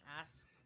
asked